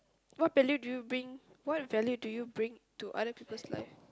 what value do you bring what value do you bring to other people's life